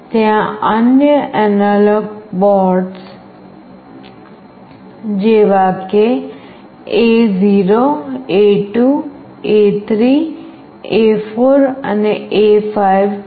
ત્યાં અન્ય analogue ports જેવા કે A0 A2 A3 A4 અને A5 છે